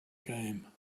game